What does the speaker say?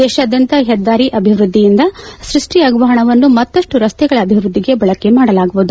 ದೇಶಾದ್ವಂತ ಹೆದ್ದಾರಿ ಅಭಿವೃದ್ದಿಯಿಂದ ಸೃಷ್ಷಿಯಾಗುವ ಹಣವನ್ನು ಮತ್ತಷ್ಟು ರಸ್ತೆಗಳ ಅಭಿವೃದ್ಧಿಗೆ ಬಳಕೆ ಮಾಡಲಾಗುವುದು